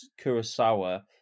Kurosawa